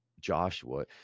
Joshua